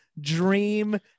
dream